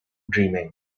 dreaming